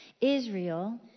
Israel